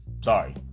sorry